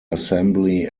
assembly